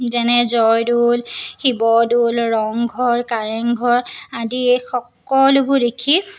যেনে জয়দৌল শিৱদৌল ৰংঘৰ কাৰেংঘৰ আদি সকলোবোৰ দেখি